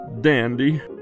dandy